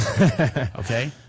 Okay